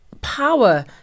power